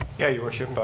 yeah, your worship, but